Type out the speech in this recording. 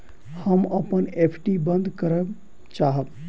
हम अपन एफ.डी बंद करय चाहब